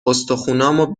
استخونامو